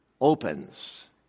opens